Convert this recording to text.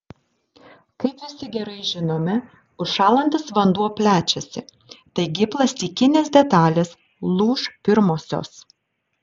kaip visi gerai žinome užšąlantis vanduo plečiasi taigi plastikinės detalės lūš pirmosios